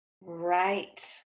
Right